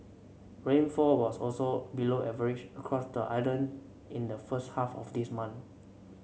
rainfall was also below average across the island in the first half of this month